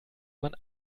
man